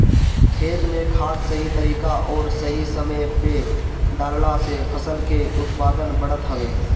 खेत में खाद सही तरीका अउरी सही समय पे डालला से फसल के उत्पादन बढ़त हवे